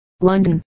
London